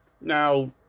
Now